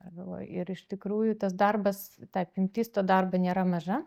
ką galvoju ir iš tikrųjų tas darbas apimtis to darbo nėra maža